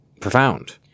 profound